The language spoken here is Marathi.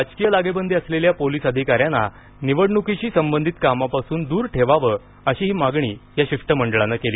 राजकीय लागेबांधे असलेल्या पोलिस अधिकाऱ्यांना निवडण्कीशी संबंधित कामापासून दूर ठेवावं अशीही मागणी या शिष्टमंडळानं केली